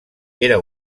era